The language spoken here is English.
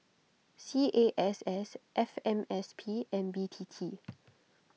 C A S S F M S P and B T T